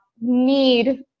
need